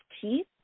teeth